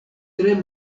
tre